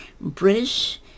British